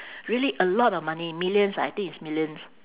really a lot of money millions I think it's millions